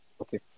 okay